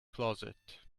closet